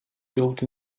built